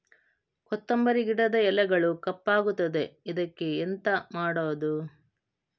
ಕೊತ್ತಂಬರಿ ಗಿಡದ ಎಲೆಗಳು ಕಪ್ಪಗುತ್ತದೆ, ಇದಕ್ಕೆ ಎಂತ ಮಾಡೋದು?